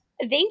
Thank